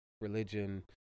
religion